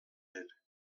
elle